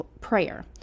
prayer